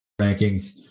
rankings